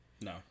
No